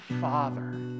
Father